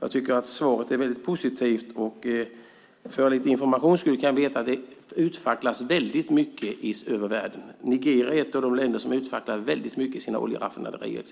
Jag tycker att svaret är väldigt positivt, och för informationens skull kan jag berätta att det facklas bort väldigt mycket över världen. Nigeria är exempelvis ett av de länder som facklar bort väldigt mycket i sina oljeraffinaderier.